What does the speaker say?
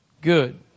good